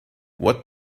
what